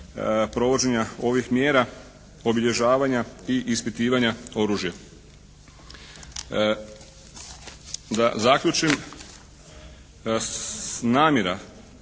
provođenja ovih mjera obilježavanja i ispitivanja oružja. Da zaključim, namjera,